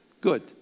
Good